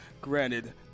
Granted